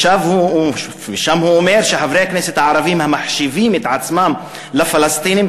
והוא אומר שחברי הכנסת הערבים "המחשיבים את עצמם לפלסטינים